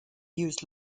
used